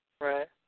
Right